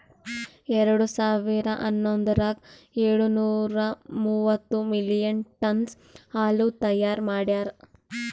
ಎರಡು ಸಾವಿರಾ ಹನ್ನೊಂದರಾಗ ಏಳು ನೂರಾ ಮೂವತ್ತು ಮಿಲಿಯನ್ ಟನ್ನ್ಸ್ ಹಾಲು ತೈಯಾರ್ ಮಾಡ್ಯಾರ್